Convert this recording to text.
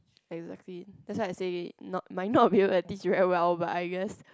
exactly that's why I say not might not to teach you as well but I guess